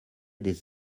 des